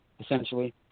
essentially